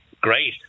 great